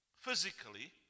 physically